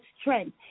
strength